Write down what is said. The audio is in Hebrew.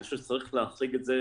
אני חושב שצריך להחריג את זה,